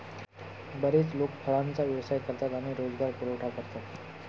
बरेच लोक फळांचा व्यवसाय करतात आणि रोजगार पुरवठा करतात